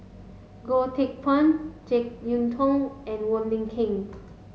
Goh Teck Phuan Jek Yeun Thong and Wong Lin Ken